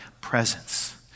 presence